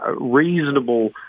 reasonable